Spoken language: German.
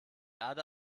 erde